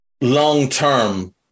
long-term